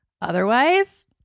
Otherwise